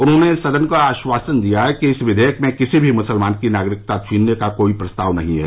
उन्होंने सदन को आश्वासन दिया कि इस विधेयक में किसी भी मुसलमान की नागरिकता छीनने का कोई प्रस्ताव नहीं है